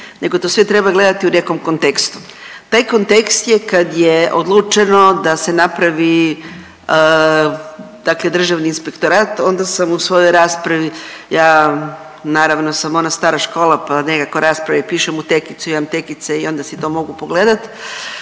nego to sve treba gledati u nekom kontekstu. Taj kontekst je kad je odlučeno da se napravi dakle Državni inspektorat onda sam u svojoj raspravi ja naravno sam ona stara škola pa nekako rasprave i pišem u tekicu, imam tekice i onda si to mogu pogledat,